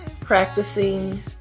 practicing